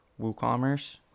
WooCommerce